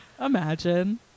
Imagine